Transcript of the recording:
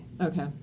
Okay